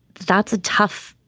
that's a tough,